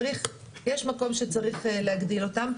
יש מקום שצריך להגדיל אותם.